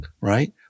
right